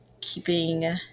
keeping